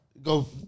Go